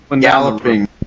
Galloping